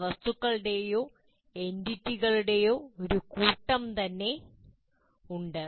ചില വസ്തുക്കളുടെയോ എന്റിറ്റികളുടെയോ ഒരു കൂട്ടം ഉണ്ട്